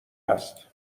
هست